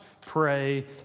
pray